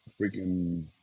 freaking